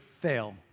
fail